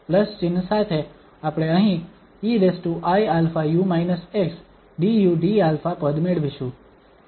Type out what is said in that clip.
plus ચિહ્ન સાથે આપણે અહીં eiα du dα પદ મેળવીશું